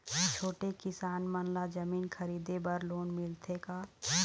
छोटे किसान मन ला जमीन खरीदे बर लोन मिलथे का?